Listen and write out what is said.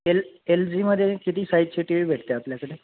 L L जीमध्ये किती साईजची टी वी भेटते आहे आपल्याकडे